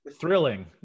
Thrilling